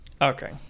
Okay